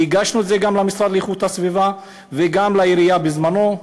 והגשנו את זה גם למשרד לאיכות הסביבה וגם לעירייה בזמנו.